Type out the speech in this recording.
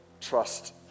Trust